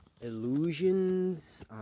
illusions